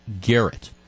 Garrett